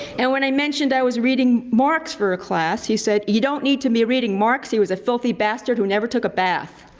and when i mentioned i was reading marx for a class, he said, you don't need to be reading marx. he was a filthy bastard who never took a bath.